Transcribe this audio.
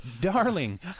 darling